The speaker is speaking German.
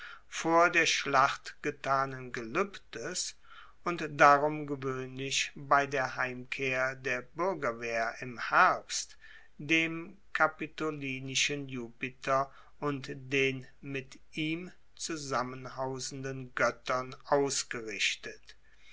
vor der schlacht getanen geluebdes und darum gewoehnlich bei der heimkehr der buergerwehr im herbst dem kapitolinischen jupiter und den mit ihm zusammen hausenden goettern ausgerichtet